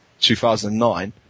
2009